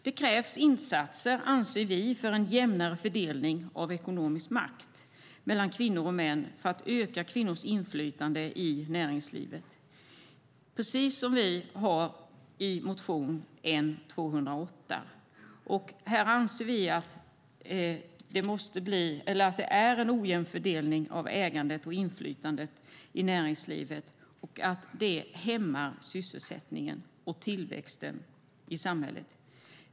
Det krävs, anser vi, insatser för en jämnare fördelning av ekonomisk makt mellan kvinnor och män för att öka kvinnors inflytande i näringslivet, precis som vi säger i motion N208. Vi anser att det är en ojämn fördelning av ägandet och inflytandet i näringslivet och att det hämmar sysselsättningen och tillväxten i samhället.